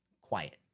quiet